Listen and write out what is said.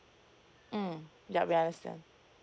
mm yup yes